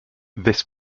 this